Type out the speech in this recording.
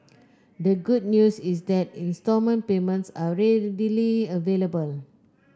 the good news is that instalment payments are readily available